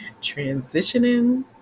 transitioning